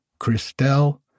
Christelle